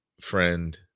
friend